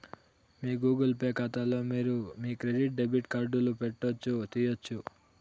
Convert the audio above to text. మీ Google Pay కాతాలో మీరు మీ క్రెడిట్ డెబిట్ కార్డులను పెట్టొచ్చు, తీయొచ్చు